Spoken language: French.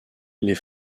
les